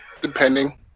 depending